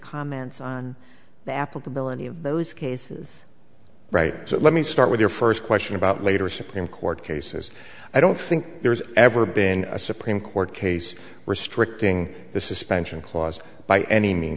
applicability of those cases right so let me start with your first question about later supreme court cases i don't think there's ever been a supreme court case restricting the suspension clause by any means